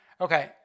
Okay